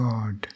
God